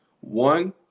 One